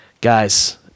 Guys